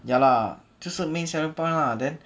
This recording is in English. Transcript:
ya lah 就是 main selling point lah then